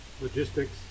logistics